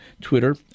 Twitter